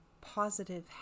positive